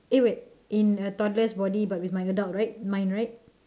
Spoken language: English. eh wait in a toddler's body but with my adult right mind right